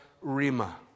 rima